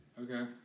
Okay